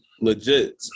legit